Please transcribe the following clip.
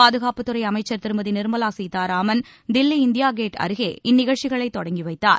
பாதுகாப்புத் துறை அமைச்சர் திருமதி நிர்மவா சீதாராமன் தில்லி இந்தியா சேகேட் அருகே இந்நிகழ்ச்சிகளை தொடங்கி வைத்தார்